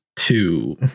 Two